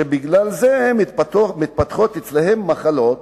שבגללה מתפתחות אצלם מחלות,